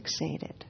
fixated